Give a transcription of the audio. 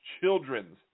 Children's